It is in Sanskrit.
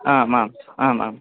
आमाम् आम् आम्